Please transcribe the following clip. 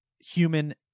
human